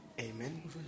Amen